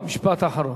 משפט אחרון.